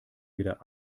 weder